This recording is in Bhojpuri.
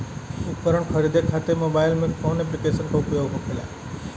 उपकरण खरीदे खाते मोबाइल में कौन ऐप्लिकेशन का उपयोग होखेला?